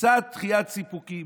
קצת דחיית סיפוקים.